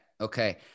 Okay